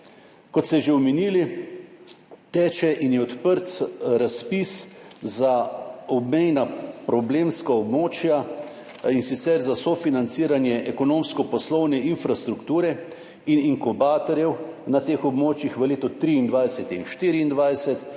Kot ste že omenili, teče in je odprt razpis za obmejna problemska območja, in sicer za sofinanciranje ekonomsko-poslovne infrastrukture in inkubatorjev na teh območjih v letih 2023 in 2024,